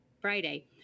Friday